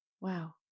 Wow